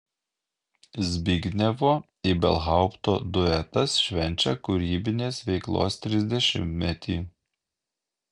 zbignevo ibelhaupto duetas švenčia kūrybinės veiklos trisdešimtmetį